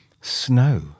snow